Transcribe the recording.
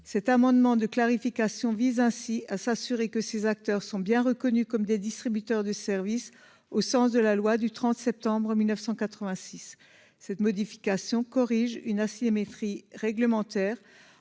cet amendement de clarification vise ainsi à s'assurer que ces acteurs sont bien reconnues comme des distributeurs de services au sens de la loi du 30 septembre 1986. Cette modification corrige une asymétrie réglementaire